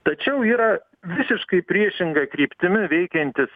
tačiau yra visiškai priešinga kryptimi veikiantis